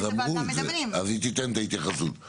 אז היא תיתן התייחסות.